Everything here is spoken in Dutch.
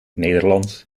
nederlands